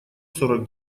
сорок